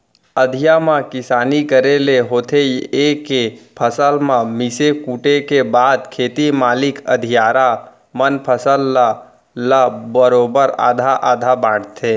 अधिया म किसानी करे ले होथे ए के फसल ल मिसे कूटे के बाद खेत मालिक अधियारा मन फसल ल ल बरोबर आधा आधा बांटथें